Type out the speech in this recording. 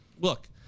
Look